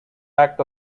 act